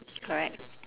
correct